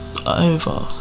Over